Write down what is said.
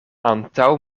antaŭ